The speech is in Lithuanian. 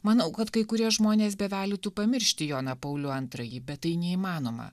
manau kad kai kurie žmonės bevelytų pamiršti joną paulių antrąjį bet tai neįmanoma